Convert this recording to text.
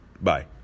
Bye